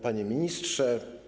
Panie Ministrze!